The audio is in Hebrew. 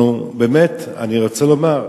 באמת, אני רוצה לומר,